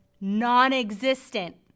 non-existent